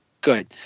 Good